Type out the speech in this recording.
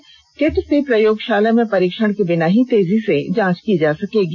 इस किट से प्रयोगशाला में परीक्षण के बिना ही तेजी से जांच की जा सकेगी